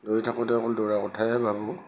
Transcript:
দৌৰি থাকোঁতে অকল দৌৰা কথাহে ভাবোঁ